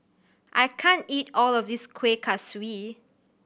I can't eat all of this Kuih Kaswi